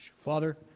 Father